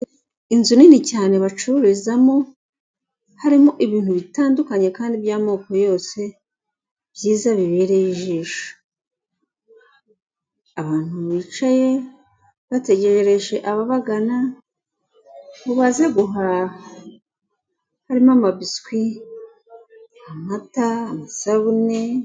Inzu nini cyane bacururizamo, harimo ibintu bitandukanye kandi by'amoko yose, byiza bibereye ijisho. Abantu bicaye bategereje ababagana baje guhaha. Harimo amabiswi, amasabune.